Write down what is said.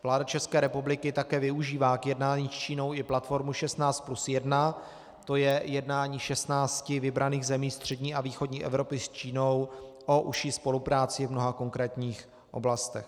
Vláda české republiky také využívá k jednání s Čínou i platformu 16 + 1, tj. jednání 16 vybraných zemí střední a východní Evropy s Čínou o užší spolupráci v mnoha konkrétních oblastech.